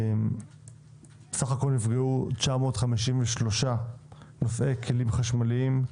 בסך הכול נפגעו 953 נוסעי כלים חשמליים,